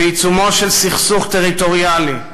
בעיצומו של סכסוך טריטוריאלי,